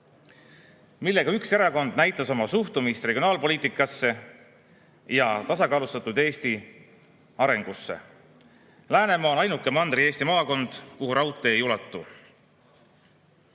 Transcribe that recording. millega üks erakond näitas oma suhtumist regionaalpoliitikasse ja tasakaalustatud Eesti arengusse. Läänemaa on ainuke Mandri-Eesti maakond, kuhu raudtee ei ulatu.